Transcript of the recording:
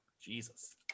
Jesus